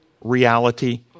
reality